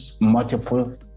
multiple